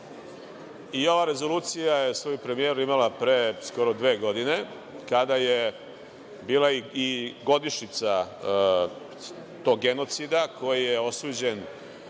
I ova rezolucija je svoju premijeru imala pre skoro dve godine kada je bila i godišnjica tog genocida koji je osuđen